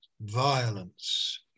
violence